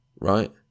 right